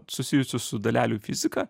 susijusius su dalelių fizika